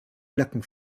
blöcken